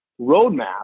roadmap